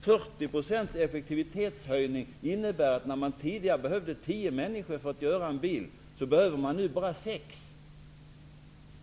En 40-procentig effektivitetshöjning innebär att det nu behövs bara sex människor för att göra en bil, mot tidigare tio.